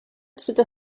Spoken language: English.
through